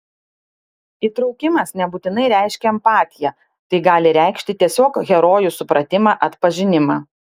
įtraukimas nebūtinai reiškia empatiją tai gali reikšti tiesiog herojų supratimą atpažinimą